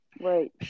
Right